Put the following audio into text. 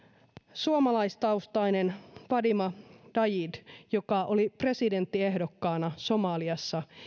suomalaistaustainen fadumo dayib joka oli presidenttiehdokkaana somaliassa